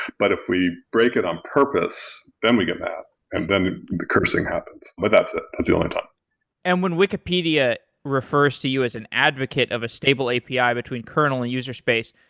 but if we break it on purpose, then we get mad and then the cursing happens, but that's ah the only time and when wikipedia refers to you as an advocate of a stable api between kernel and user space,